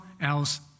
else